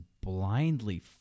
blindly